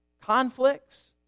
conflicts